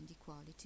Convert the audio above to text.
equality